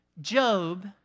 Job